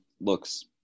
looks